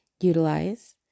utilize